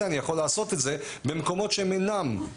אני יכול לעשות את זה במקומות שהם אינם מטווח ירי.